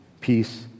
Peace